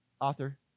author